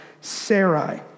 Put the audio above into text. Sarai